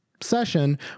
Session